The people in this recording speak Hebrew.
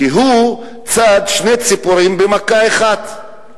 כי הוא צד שתי ציפורים במכה אחת.